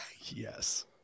yes